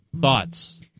Thoughts